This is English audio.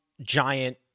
Giant